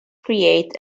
create